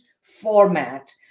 format